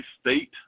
State